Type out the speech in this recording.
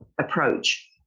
approach